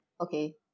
Okay